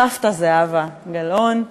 סבתא זהבה גלאון,